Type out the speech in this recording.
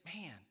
Man